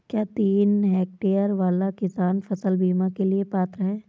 क्या तीन हेक्टेयर वाला किसान फसल बीमा के लिए पात्र हैं?